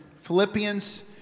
Philippians